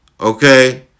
okay